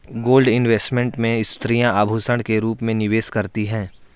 gold investment में स्त्रियां आभूषण के रूप में निवेश करती हैं